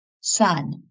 son